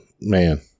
man